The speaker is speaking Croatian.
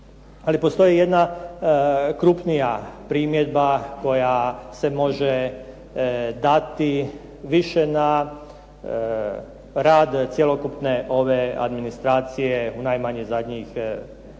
Ali postoji jedna krupnija primjedba koja se može dati više na rad cjelokupne ove administracije u najmanje zadnjih pet